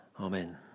Amen